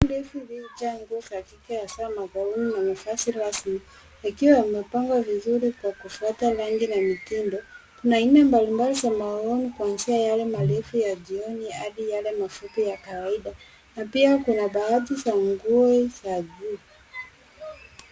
Rafu ndefu iliyojaa nguo za kike hasa magauni na mavazi rasmi yakiwa yamepangwa vizuri Kwa kufuata rangi na mitindo. Kuna aina mbalimbali za maaon kuanzia yale marefu ya jioni hadi yale mafupi ya kawaida, na pia kuna baadhi za nguo za juu.